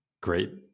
great